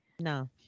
No